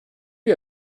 you